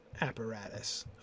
apparatus